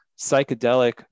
psychedelic